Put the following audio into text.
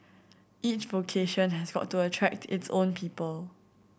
each vocation has got to attract its own people